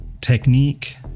technique